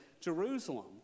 Jerusalem